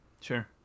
sure